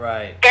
Right